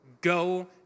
go